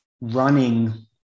running